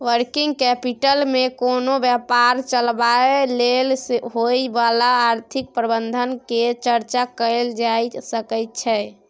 working capital मे कोनो व्यापार चलाबय लेल होइ बला आर्थिक प्रबंधन केर चर्चा कएल जाए सकइ छै